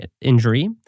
injury